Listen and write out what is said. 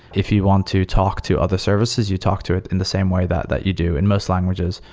if you want to talk to other services, you talk to it in the same way that that you do in most languages,